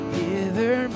hither